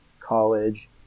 college